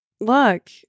look